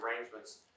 arrangements